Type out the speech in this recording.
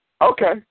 Okay